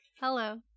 Hello